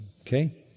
okay